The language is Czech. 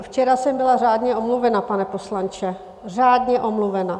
Včera jsem byla řádně omluvena, pane poslanče, řádně omluvena.